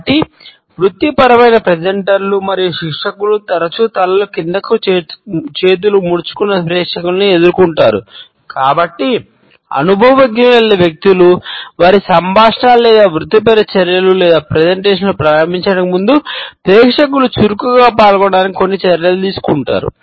కాబట్టి వృత్తిపరమైన ప్రెజెంటర్లు ప్రారంభించడానికి ముందు ప్రేక్షకులు చురుకుగా పాల్గొనడానికి కొన్ని చర్యలు తీసుకుంటారు